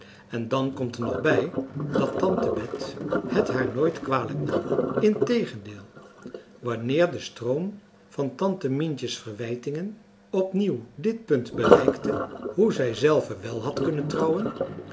en dan komt er ook bij dat tante bet het haar nooit kwalijk nam integendeel wanneer de stroom van tante mientje's verwijtingen opnieuw dit punt bereikte hoe zij zelve wel had kunnen trouwen